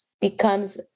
becomes